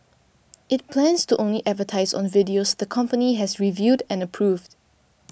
it plans to only advertise on videos the company has reviewed and approved